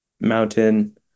mountain